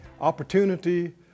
opportunity